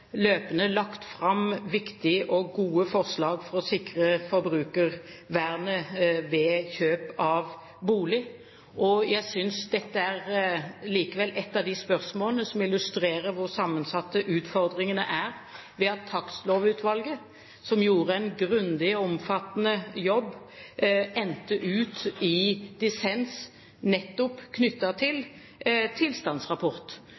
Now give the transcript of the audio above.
løpende lagt fram viktige og gode forslag for å sikre forbrukervernet ved kjøp av bolig. Jeg synes likevel dette er et av de spørsmålene som illustrerer hvor sammensatte utfordringene er. Vi har hatt Takstlovutvalget, som gjorde en grundig og omfattende jobb, som endte i dissens nettopp